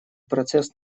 процесс